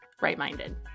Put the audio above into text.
RightMinded